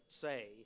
say